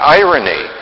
irony